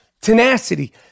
tenacity